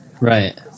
Right